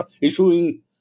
issuing